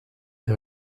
des